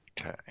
Okay